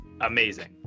amazing